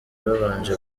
babanje